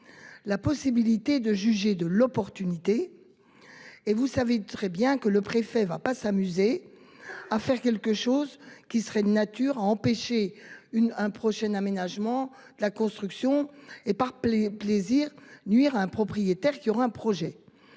La possibilité de juger de l'opportunité. Et vous savez très bien que le préfet va pas s'amuser. À faire quelque chose qui serait de nature à empêcher une un prochaine aménagement de la construction et par plus plaisir nuire à un propriétaire qui aura un projet.